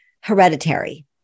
hereditary